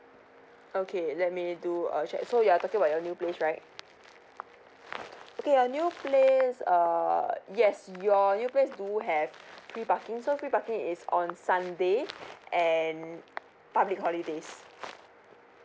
okay let me do a check so you're talking about your new place right okay your new place err yes your new place do have free parking so free parking is on sunday and public holidays